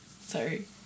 Sorry